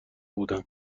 بودند